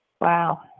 Wow